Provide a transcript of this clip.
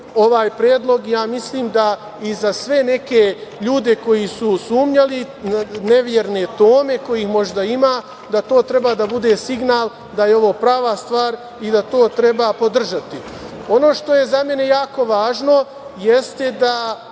ovaj predlog i ja mislim da i za sve neke ljude koji su sumnjali, neverne Tome, kojih možda ima, da to treba da bude signal da je ovo prava stvar i da to treba podržati. Ono što je za mene jako važno jeste da